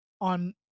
on